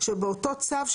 זה עלה בתיקון האחרון של הצו.